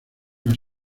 las